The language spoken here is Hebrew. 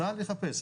צה"ל יחפש.